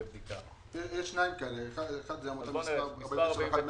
יש שתיים כאלה האחת זה עמותה מס' 20